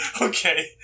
okay